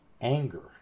anger